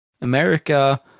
America